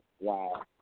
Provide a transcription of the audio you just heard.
Wow